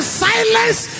silence